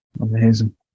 Amazing